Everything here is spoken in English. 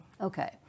okay